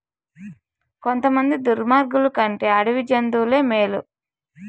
కొంతమంది దుర్మార్గులు కంటే అడవి జంతువులే మేలు